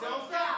זו עובדה.